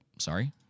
sorry